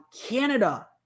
Canada